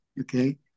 Okay